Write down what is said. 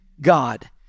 god